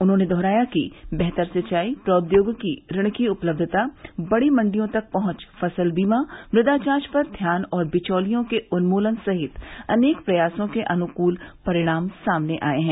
उन्होंने दोहराया कि बेहतर सिंचाई प्रौदयोगिकी ऋण की उपलब्धता बडी मंडियों तक पहुंच फसल बीमा मृदा जांच पर ध्यान और बिचौलियों के उन्मूलन सहित अनेक प्रयासों के अनुकूल परिणाम सामने आये हैं